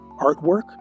artwork